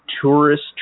tourist